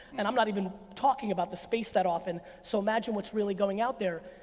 and i'm not even talking about the space that often, so imagine what's really going out there.